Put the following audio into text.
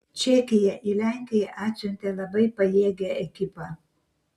čekija į lenkiją atsiuntė labai pajėgią ekipą